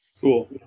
Cool